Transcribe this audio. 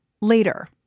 Later